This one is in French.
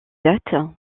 date